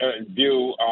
view